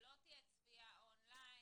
לא תהיה צפייה און-ליין.